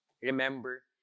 Remember